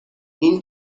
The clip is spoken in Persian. این